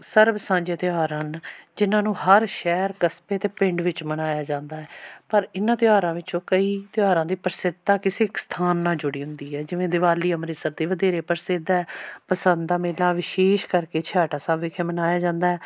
ਸਰਬ ਸਾਂਝੇ ਤਿਉਹਾਰ ਹਨ ਜਿਨ੍ਹਾਂ ਨੂੰ ਹਰ ਸ਼ਹਿਰ ਕਸਬੇ ਅਤੇ ਪਿੰਡ ਵਿੱਚ ਮਨਾਇਆ ਜਾਂਦਾ ਹੈ ਪਰ ਇਹਨਾਂ ਤਿਉਹਾਰਾਂ ਵਿੱਚੋਂ ਕਈ ਤਿਉਹਾਰਾਂ ਦੀ ਪ੍ਰਸਿੱਧਤਾ ਕਿਸੇ ਇੱਕ ਸਥਾਨ ਨਾਲ਼ ਜੁੜੀ ਹੁੰਦੀ ਹੈ ਜਿਵੇਂ ਦਿਵਾਲੀ ਅੰਮ੍ਰਿਤਸਰ ਦੀ ਵਧੇਰੇ ਪ੍ਰਸਿੱਧ ਹੈ ਬਸੰਤ ਦਾ ਮੇਲਾ ਵਿਸ਼ੇਸ਼ ਕਰਕੇ ਛੇਹਰਟਾ ਸਾਹਿਬ ਵਿਖੇ ਮਨਾਇਆ ਜਾਂਦਾ